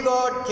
God